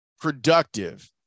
productive